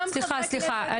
סליחה סליחה,